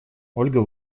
ольга